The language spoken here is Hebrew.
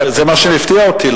זה מה שהפתיע אותי.